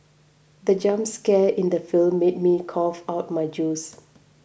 the jump scare in the film made me cough out my juice